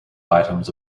items